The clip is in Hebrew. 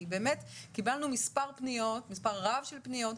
קיבלנו מספר רב של פניות,